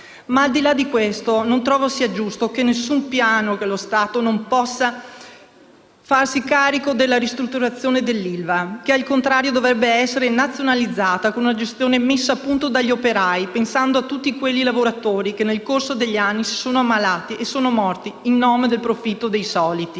Ma, al di là di questo, non trovo sia giusto su nessun piano che lo Stato non possa farsi carico della ristrutturazione dell'ILVA, che al contrario dovrebbe essere nazionalizzata con una gestione messa a punto dagli operai, pensando a tutti quei lavoratori che nel corso degli anni si sono ammalati e sono morti in nome del profitto dei soliti.